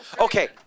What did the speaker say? Okay